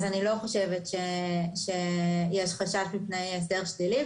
אז אני לא חושבת שיש חשש מפני הסדר שלילי.